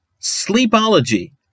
Sleepology